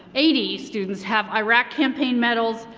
eighty students have iraq campaign medals,